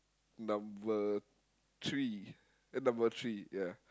number three eh number three ya